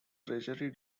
treasury